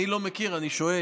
אני לא מכיר, אני שואל.